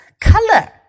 color